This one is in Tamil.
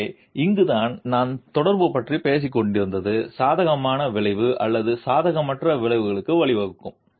எனவே இங்குதான் நான் தொடர்பு பற்றி பேசிக் கொண்டிருந்தது சாதகமான விளைவு அல்லது சாதகமற்ற விளைவுக்கு வழிவகுக்கும்